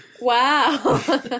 Wow